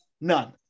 none